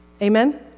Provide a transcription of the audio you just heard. Amen